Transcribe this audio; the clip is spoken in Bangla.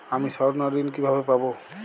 আমি স্বর্ণঋণ কিভাবে পাবো?